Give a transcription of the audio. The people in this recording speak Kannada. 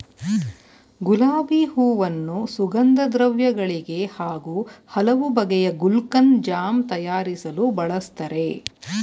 ಗುಲಾಬಿ ಹೂವನ್ನು ಸುಗಂಧದ್ರವ್ಯ ಗಳಿಗೆ ಹಾಗೂ ಹಲವು ಬಗೆಯ ಗುಲ್ಕನ್, ಜಾಮ್ ತಯಾರಿಸಲು ಬಳ್ಸತ್ತರೆ